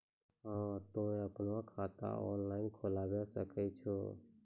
हाँ तोय आपनो खाता ऑनलाइन खोलावे सकै छौ?